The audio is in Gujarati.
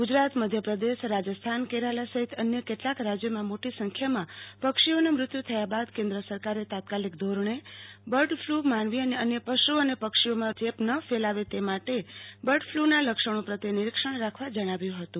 ગુજરાતમધ્યપ્રદેશ રાજસ્થાન કેરાલા સહિતના અન્ય કેટલાંક રાજ્યોમાં મોટી સંખ્યામાં પક્ષીઓના મૃત્યુ થયા બાદ કેન્દ્ર સરકારે બર્ડ ફ્લૂ માનવી અને અન્ય પશુ પક્ષીઓમાં ચેપ ન લાગે તે માટે બર્ડફલુના લક્ષણો પ્રત્યે નિરીક્ષણ રાખવા જણાવ્યુ હતું